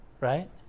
right